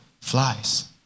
flies